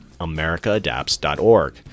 AmericaAdapts.org